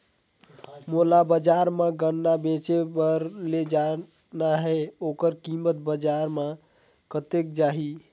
मोला बजार मां गन्ना बेचे बार ले जाना हे ओकर कीमत बजार मां कतेक जाही?